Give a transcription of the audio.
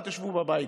אל תשבו בבית.